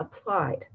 applied